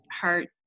heart